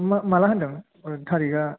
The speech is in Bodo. मा माला होनदों ओरैनो थारिखआ